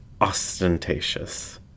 ostentatious